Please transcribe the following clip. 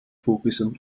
focussen